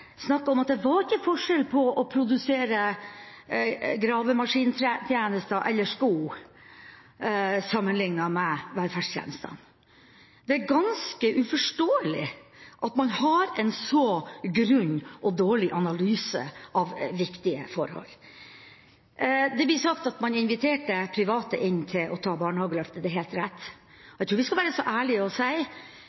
om at det ikke var forskjell på å produsere gravemaskintjenester, eller sko, sammenlignet med velferdstjenestene. Det er ganske uforståelig at man har en så grunn og dårlig analyse av viktige forhold. Det blir sagt at man inviterte private inn til å ta barnehageløftet. Det er helt rett,